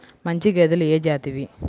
మంచి గేదెలు ఏ జాతివి?